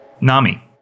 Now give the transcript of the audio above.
Nami